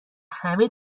همه